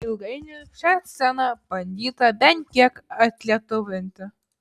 ilgainiui šią sceną bandyta bent kiek atlietuvinti